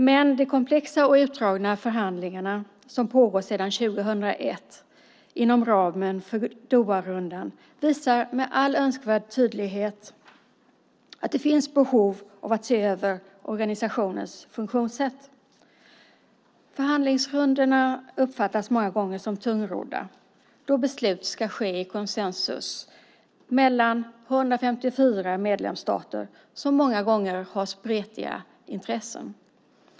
Men de komplexa och utdragna förhandlingar som pågår sedan 2001 inom ramen för Doharundan visar med all önskvärd tydlighet att det finns behov av att se över organisationens funktionssätt. Förhandlingsrundorna uppfattas många gånger som tungrodda, då beslut ska ske i konsensus bland 154 medlemsstater som många gånger har spretande intressen.